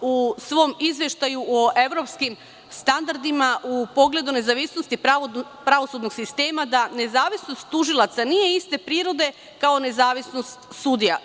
u svom izveštaju o evropskim standardima u pogledu nezavisnosti pravosudnog sistema da nezavisnost tužilaca nije iste prirode kao nezavisnost sudija.